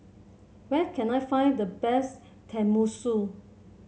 where can I find the best Tenmusu